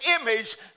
image